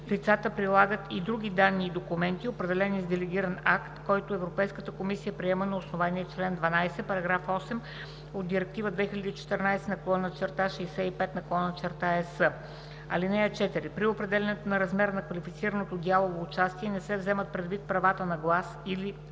лицата прилагат и други данни и документи, определени с делегиран акт, който Европейската комисия приема на основание чл. 12, параграф 8 от Директива 2014/65/ЕС. (4) При определянето на размера на квалифицираното дялово участие не се вземат предвид правата на глас или